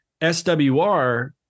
SWR